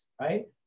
right